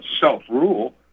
self-rule